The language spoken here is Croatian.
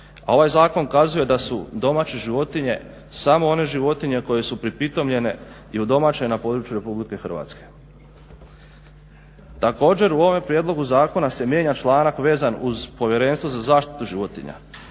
A ovaj zakon kazuje da su domaće životinje samo one životinje koje su pripitomljene i udomaćene na području RH. Također, u ovome prijedlogu zakona se mijenja članak vezan uz Povjerenstvo za zaštitu životinja